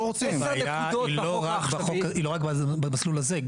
הביעה היא לא רק במסלול הזה,